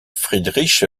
friedrich